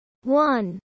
one